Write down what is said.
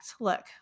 Look